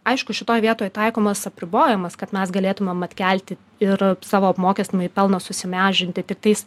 aišku šitoj vietoj taikomas apribojimas kad mes galėtumėm atkelti ir savo apmokestinamąjį pelną susimažinti tiktais